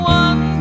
one